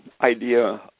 idea